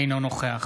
אינו נוכח